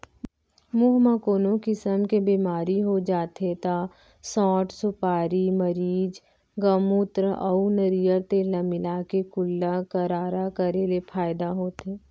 मुंह म कोनो किसम के बेमारी हो जाथे त सौंठ, सुपारी, मरीच, गउमूत्र अउ नरियर तेल ल मिलाके कुल्ला गरारा करे ले फायदा होथे